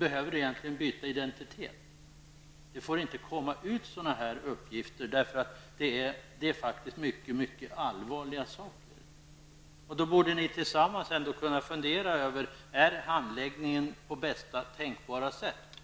egentligen behöver byta identitet. Sådana här uppgifter får alltså inte komma ut, eftersom det handlar om mycket allvarliga saker. Då borde statsrådet och justitieministern tillsammans fundera på om handläggningen sker på bästa tänkbara sätt.